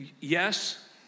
Yes